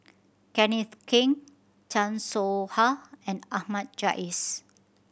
Kenneth Keng Chan Soh Ha and Ahmad Jais